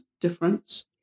difference